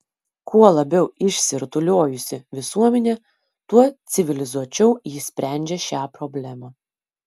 kuo labiau išsirutuliojusi visuomenė tuo civilizuočiau ji sprendžia šią problemą